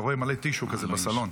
אתה רואה מלא טישו כזה בסלון.